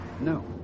No